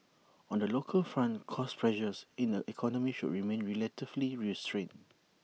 on the local front cost pressures in the economy should remain relatively restrained